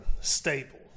staple